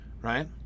Right